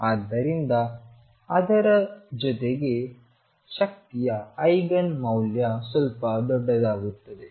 ಆದ್ದರಿಂದ ಅದರ ಜೊತೆಗೆ ಶಕ್ತಿಯ ಐಗನ್ ಮೌಲ್ಯ ಸ್ವಲ್ಪ ದೊಡ್ಡದಾಗುತ್ತದೆ